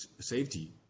safety